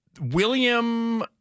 William